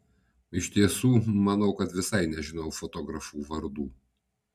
iš tiesų manau kad visai nežinau fotografų vardų